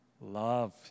Love